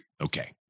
Okay